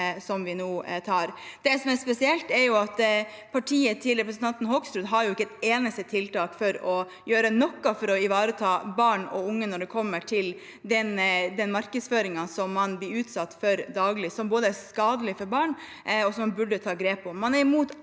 Det som er spesielt, er at partiet til representanten Hoksrud ikke har et eneste tiltak for å gjøre noe for å ivareta barn og unge når det gjelder den markedsføringen som man blir utsatt for daglig, som er skadelig for barn, og som man burde ta grep mot.